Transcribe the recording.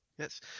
Yes